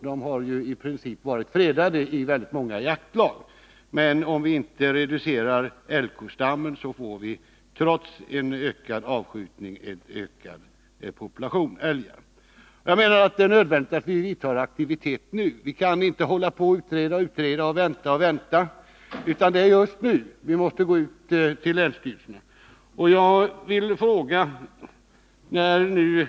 De har ju i princip varit fredade i många jaktlag, men om vi inte reducerar älgkostammen får vi, trots ökad avskjutning, en ökad population av älg. Det är nödvändigt att vidta åtgärder nu. Vi kan inte hålla på att utreda och utreda och vänta och vänta, utan det är just nu vi måste handla.